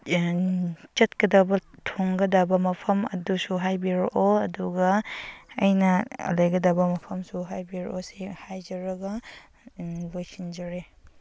ꯆꯠꯀꯗꯕ ꯊꯨꯡꯒꯗꯕ ꯃꯐꯝ ꯑꯗꯨꯁꯨ ꯍꯥꯏꯕꯤꯔꯛꯑꯣ ꯑꯗꯨꯒ ꯑꯩꯅ ꯂꯩꯒꯗꯕ ꯃꯐꯝꯁꯨ ꯍꯥꯏꯕꯤꯔꯛꯑꯣ ꯁꯤ ꯍꯥꯏꯖꯔꯒ ꯂꯣꯏꯁꯤꯟꯖꯔꯦ